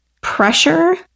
pressure